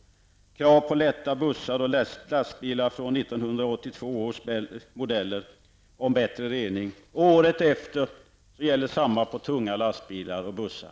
Det har ställts krav på en bättre rening för lätta bussar och lastbilar från 1992 års modeller, och året efter gäller samma krav för tunga lastbilar och bussar.